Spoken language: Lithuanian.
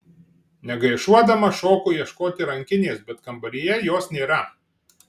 negaišuodama šoku ieškoti rankinės bet kambaryje jos nėra